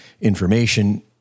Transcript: information